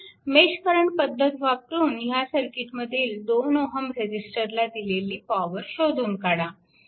mesh current पद्धत वापरून ह्या सर्किट मधील 2 Ω रेजिस्टरला दिलेली पॉवर शोधून काढा